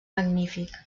magnífic